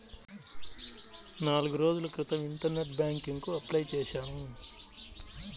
నాల్గు రోజుల క్రితం ఇంటర్నెట్ బ్యేంకింగ్ కి అప్లై చేశాను